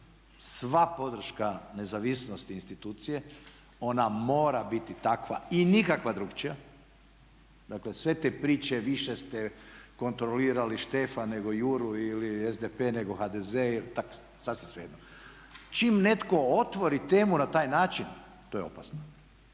Sva podrška nezavisnosti institucije ona mora biti takva i nikakva drukčija. Dakle, sve te priče više ste kontrolirali Štefa nego Juru ili SDP nego HDZ, sasvim svejedno. Čim netko otvori temu na taj način to je opasno.